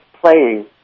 playing